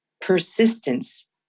persistence